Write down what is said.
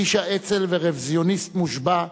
איש האצ"ל ורוויזיוניסט מושבע,